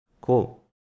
Cool